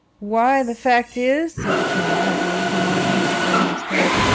why, the fact is said the colonel, heavily, gnawing his grey moustache,